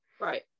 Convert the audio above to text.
Right